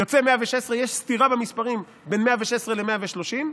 יוצא 116. יש סתירה במספרים בין 116 ל-130.